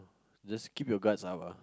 just keep your guards up ah